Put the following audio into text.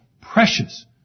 precious